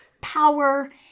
power